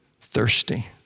thirsty